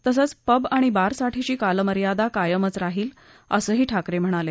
तसंच पब आणि बारसाठीची कालमर्यादा कायमच राहिल असंही ठाकरे म्हणाले